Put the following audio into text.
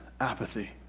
apathy